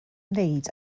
wneud